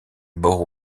bow